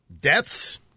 deaths